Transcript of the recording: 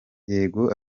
yego